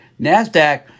NASDAQ